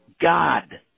God